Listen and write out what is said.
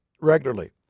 regularly